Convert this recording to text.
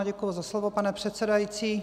Děkuji za slovo, pane předsedající.